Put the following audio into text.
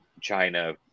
China